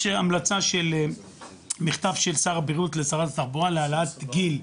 יש מכתב של שר הבריאות לשרת התחבורה להעלאת הגיל,